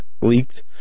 leaked